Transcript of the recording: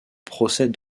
procès